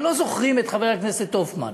אבל לא זוכרים את חבר הכנסת הופמן,